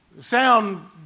sound